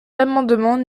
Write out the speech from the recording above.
l’amendement